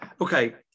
Okay